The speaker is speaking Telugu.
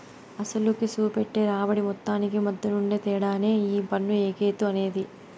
అసలుకి, సూపెట్టే రాబడి మొత్తానికి మద్దెనుండే తేడానే ఈ పన్ను ఎగేత అనేది